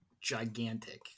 gigantic